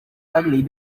ugly